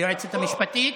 היועצת המשפטית,